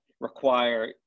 require